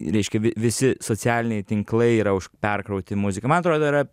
reiškia vi visi socialiniai tinklai yra už perkrauti muzika man atrodo yra